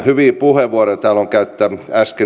hyviä puheenvuoroja täällä on käytetty